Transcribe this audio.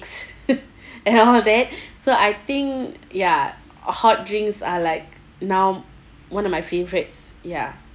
and all that so I think ya hot drinks are like now one of my favourites ya